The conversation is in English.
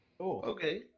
okay